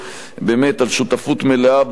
באמת על שותפות מלאה בעבודה,